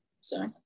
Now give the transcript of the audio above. Sorry